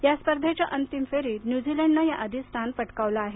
या स्पर्धेच्या अंतिम फेरीत न्यूझीलंडनं या आधीच स्थान पटकावलं आहे